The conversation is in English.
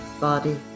body